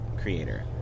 creator